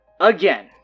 Again